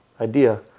idea